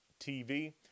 TV